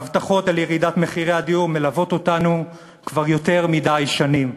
ההבטחות על ירידת מחירי הדיור מלוות אותנו כבר יותר מדי שנים,